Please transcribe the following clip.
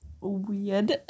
weird